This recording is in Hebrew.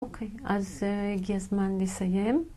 אוקיי, אז הגיע הזמן לסיים.